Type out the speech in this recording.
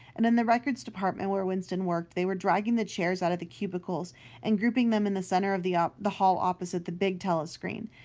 and in the records department, where winston worked, they were dragging the chairs out of the cubicles and grouping them in the centre of the um the hall opposite the big telescreen,